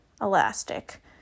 elastic